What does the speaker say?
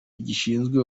gishinzwe